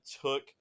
took